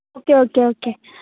okay okay okay